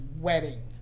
wedding